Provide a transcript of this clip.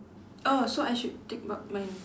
oh so I should take back mine